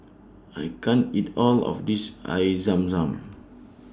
I can't eat All of This Air Zam Zam